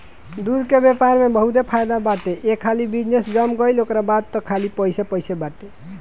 दूध के व्यापार में बहुते फायदा बाटे एक हाली बिजनेस जम गईल ओकरा बाद तअ खाली पइसे पइसे बाटे